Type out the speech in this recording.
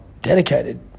dedicated